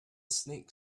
snake